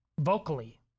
Vocally